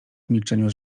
milczeniu